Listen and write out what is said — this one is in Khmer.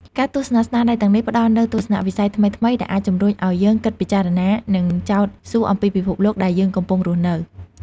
ការទស្សនាស្នាដៃទាំងនេះផ្តល់នូវទស្សនៈវិស័យថ្មីៗ ដែលអាចជំរុញឲ្យយើងគិតពិចារណា និងចោទសួរអំពីពិភពលោកដែលយើងកំពុងរស់នៅ។